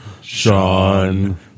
Sean